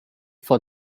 for